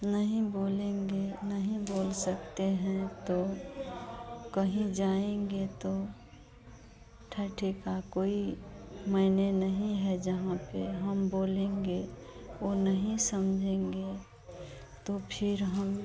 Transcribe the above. नहीं बोलेंगे नहीं बोल सकते हैं तो कहीं जाएँगे तो ठेठी का कोई मायने नहीं है जहाँ पर हम बोलेंगे वह नहीं समझेंगे तो फिर हम